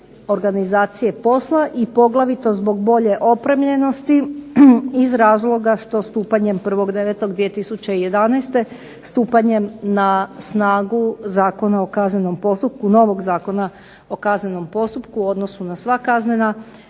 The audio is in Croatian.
organizacije posla i poglavito zbog bolje opremljenosti iz razloga što stupanjem 1.9.2011. stupanjem na snagu novog Zakona o kaznenom postupku u odnosu na sva kaznena